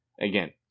again